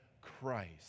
Christ